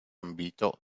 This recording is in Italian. ambito